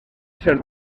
ser